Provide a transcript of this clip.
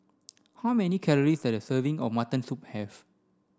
how many calories does a serving of mutton soup have